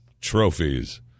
trophies